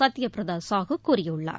சத்ய பிரதா சாஹூ கூறியுள்ளார்